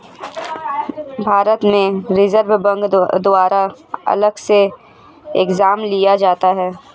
भारत में reserve bank द्वारा अलग से एग्जाम लिया जाता है